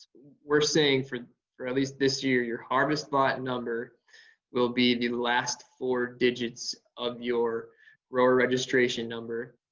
we're saying for for at least this year your harvest lot number will be the last four digits of your grower registration number,